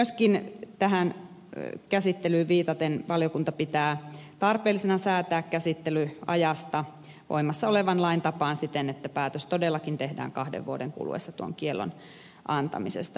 myöskin tähän käsittelyyn viitaten valiokunta pitää tarpeellisena säätää käsittelyajasta voimassa olevan lain tapaan siten että päätös todellakin tehdään kahden vuoden kuluessa tuon kiellon antamisesta